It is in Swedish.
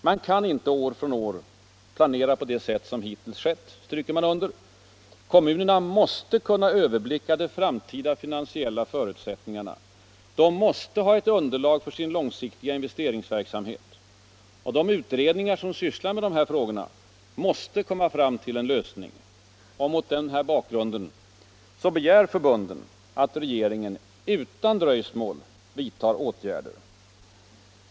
Man kan inte år från år planera på det sätt som hittills skett, stryker man under. Kommunerna måste kunna överblicka de framtida finansiella förutsättningarna. De måste ha ett underlag för sin långsiktiga investeringsverksamhet, och de utredningar som sysslar med de här frågorna måste komma fram till en lösning. Mot den bakgrunden begär förbunden att ”regeringen utan dröjsmål vidtar åtgärder”.